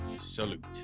salute